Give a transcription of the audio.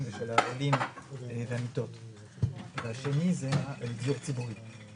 ל-26,000 עולים אתה נותן 13 מיליון לתרבות,